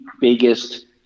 biggest